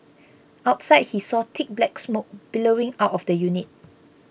outside he saw thick black smoke billowing out of the unit